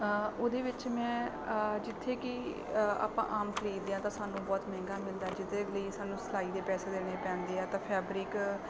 ਉਹਦੇ ਵਿੱਚ ਮੈਂ ਜਿੱਥੇ ਕਿ ਆਪਾਂ ਆਮ ਖਰੀਦਦੇ ਹਾਂ ਤਾਂ ਸਾਨੂੰ ਬਹੁਤ ਮਹਿੰਗਾ ਮਿਲਦਾ ਜਿਹਦੇ ਲਈ ਸਾਨੂੰ ਸਿਲਾਈ ਦੇ ਪੈਸੇ ਦੇਣੇ ਪੈਂਦੇ ਹੈ ਤਾਂ ਫੈਬਰਿਕ